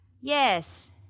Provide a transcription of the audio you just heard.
Yes